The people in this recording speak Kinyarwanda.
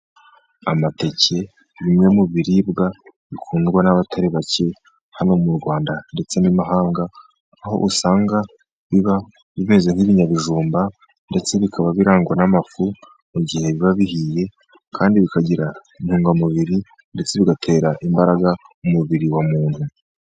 Amateke bimwe mu biribwa bikundwa n'abatari bake, hano mu Rwanda ndetse no mu mahanga, aho usanga biba bimeze nk'ibinyabijumba. Ndetse bikaba birangwa n'amafu mu gihe biba bihiye, kandi bikagira intungamubiri. Ndetse bigatera imbaraga umubiri wa muntu.